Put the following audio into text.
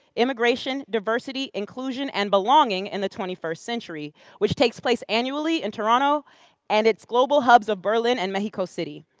immigration, diversity, inclusion and belonging in the twenty first century which takes place annually in toronto and its global hub of berlin and mexico mexico city.